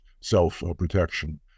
self-protection